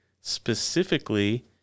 specifically